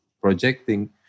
projecting